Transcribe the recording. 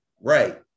Right